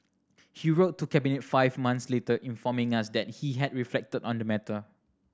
he wrote to Cabinet five months later informing us that he had reflected on the matter